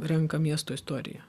renka miesto istoriją